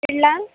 ಇಡಲಾ